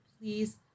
please